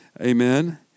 Amen